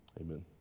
Amen